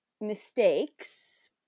Mistakes